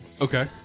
Okay